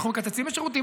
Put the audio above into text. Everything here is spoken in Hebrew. אנחנו מקצצים בשירותים,